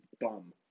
bum